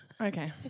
Okay